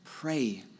Pray